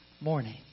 morning